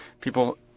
people